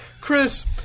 Chris